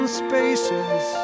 spaces